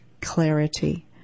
clarity